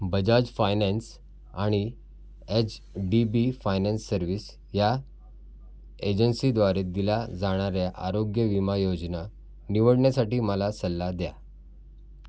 Bajaj finance आणि H D B finance service या एजन्सीद्वारे दिल्या जाणाऱ्या आरोग्य विमा योजना निवडण्यासाठी मला सल्ला द्या